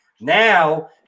Now